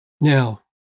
Now